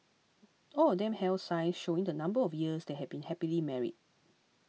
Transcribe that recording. all of them held signs showing the number of years they had been happily married